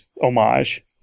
homage